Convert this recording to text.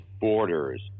borders